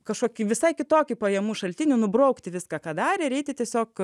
kažkokį visai kitokį pajamų šaltinį nubraukti viską ką darė ir eiti tiesiog